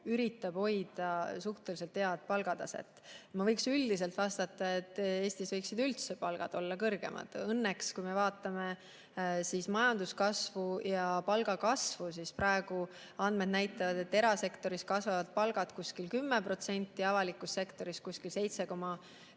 üritab hoida suhteliselt head palgataset. Ma võiks üldiselt vastata, et Eestis võiksid üldse palgad olla kõrgemad. Õnneks, kui me vaatame majanduskasvu ja palgakasvu, siis praegu andmed näitavad, et erasektoris kasvavad palgad kuskil 10%, avalikus sektoris kuskil 7,9%.